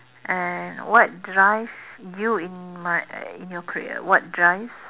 and what drives you in my uh in your career what drives